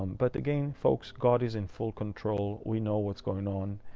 but again, folks, god is in full control. we know what's going on.